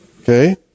Okay